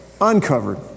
Uncovered